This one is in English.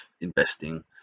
investing